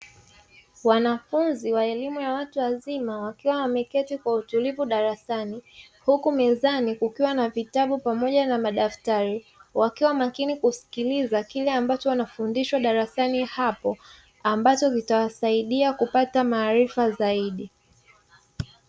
Wanafunzi wa elimu ya watu wazima wakiwa wameketi kwa utulivu darasani huku mezani kukiwa na vitabu pamoja na madaftari. Wakiwa makini kusikiliza kile ambacho wanafundishwa darasani hapo ambacho kitawasaida kupata maarifa zaidi.